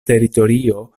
teritorio